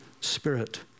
Spirit